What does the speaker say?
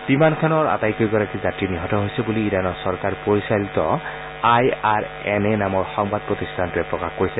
বিমানখনৰ আটাইকেইগৰাকী যাত্ৰী নিহত হৈছে বুলি ইৰাণৰ চৰকাৰ পৰিচালিত আই আৰ এন নামৰ সংবাদ প্ৰতিষ্ঠানটোৱে প্ৰকাশ কৰিছে